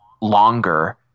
longer